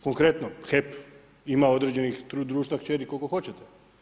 Konkretno, HEP ima određenih društva kćeri koliko hoćete.